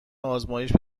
آزمایش